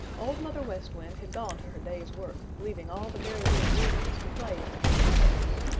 old mother west wind had gone to her day's work, leaving all the merry little breezes to play in the green meadows.